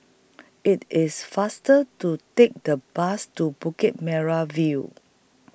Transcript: IT IS faster to Take The Bus to Bukit Merah View